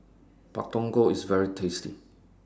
Pak Thong Ko IS very tasty